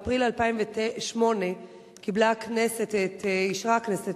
באפריל 2008 אישרה הכנסת